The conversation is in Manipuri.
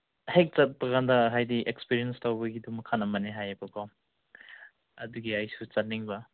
ꯍꯦꯛ ꯆꯠꯄꯀꯥꯟꯗ ꯍꯥꯏꯗꯤ ꯑꯦꯛꯁꯄꯤꯔꯤꯌꯦꯟꯁ ꯇꯧꯕꯒꯤꯗꯨ ꯃꯈꯟ ꯑꯃꯅꯦ ꯍꯥꯏꯌꯦꯕꯀꯣ ꯑꯗꯨꯒꯤ ꯑꯩꯁꯨ ꯆꯠꯅꯤꯡꯕ